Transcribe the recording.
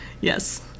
Yes